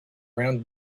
round